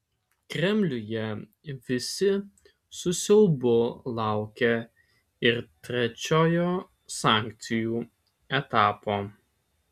kremliuje visi su siaubu laukia ir trečiojo sankcijų etapo